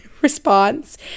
response